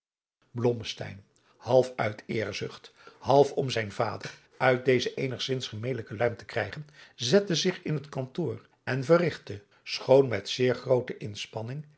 half uit eerzucht half om zijn vader uit deze eenigzins gemelijke luim te krijgen zette zich in het kantoor en verrigtte schoon met zeer groote inspanning